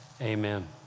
amen